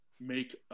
make